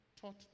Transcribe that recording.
taught